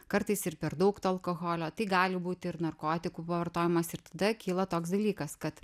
kartais ir per daug to alkoholio tai gali būt ir narkotikų vartojimas ir tada kyla toks dalykas kad